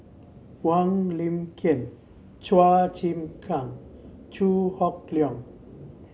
Wong Lin Ken Chua Chim Kang Chew Hock Leong